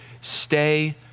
Stay